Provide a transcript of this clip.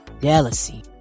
jealousy